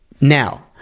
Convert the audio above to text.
Now